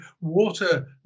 water